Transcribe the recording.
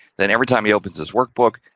then, every time he opens this workbook.